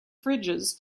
fridges